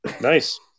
Nice